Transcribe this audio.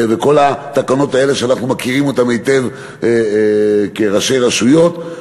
וכל התקנות האלה שאנחנו מכירים היטב כראשי רשויות,